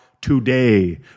today